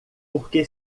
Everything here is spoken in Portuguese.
porque